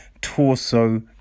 Torso